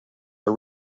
are